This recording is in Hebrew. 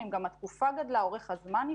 000 איש שקיבלו יותר מפעם אחת שזה